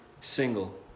single